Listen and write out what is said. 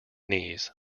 knees